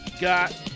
got